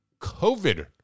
COVID